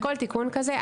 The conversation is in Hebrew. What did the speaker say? בכל תיקון כזה,